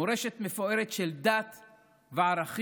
מורשת מפוארת של דת וערכים,